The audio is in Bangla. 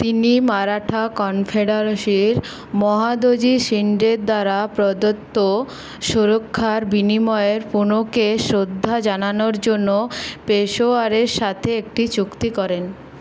তিনি মারাঠা কনফেডারেসির মহাদজি শিন্ডের দ্বারা প্রদত্ত সুরক্ষার বিনিময়ে পুনেকে শ্রদ্ধা জানানোর জন্য পেশওয়ার সাথে একটি চুক্তি করেন